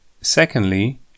Secondly